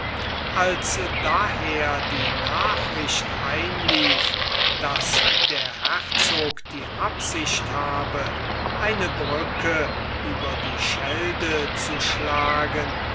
als daher die nachricht einlief daß der herzog die absicht habe eine brücke über die schelde zu schlagen